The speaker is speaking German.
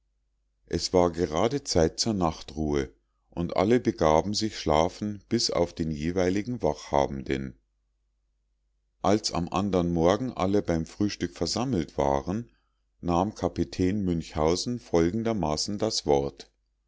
es war gerade zeit zur nachtruhe und alle begaben sich schlafen bis auf die jeweiligen wachhabenden als am andern morgen alle beim frühstück versammelt waren nahm kapitän münchhausen folgendermaßen das wort